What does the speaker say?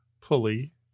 pulley